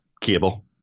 cable